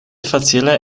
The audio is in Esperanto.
facile